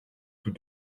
tout